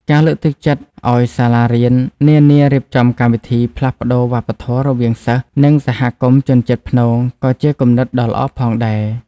ការលើកទឹកចិត្តឱ្យសាលារៀននានារៀបចំកម្មវិធីផ្លាស់ប្តូរវប្បធម៌រវាងសិស្សនិងសហគមន៍ជនជាតិព្នងក៏ជាគំនិតដ៏ល្អផងដែរ។